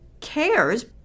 cares